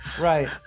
Right